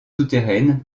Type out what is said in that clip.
souterraines